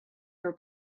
her